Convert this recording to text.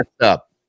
up